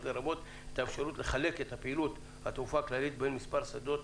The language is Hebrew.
לרבות את האפשרות לחלק את פעילות התעופה הכללית בין מספר שדות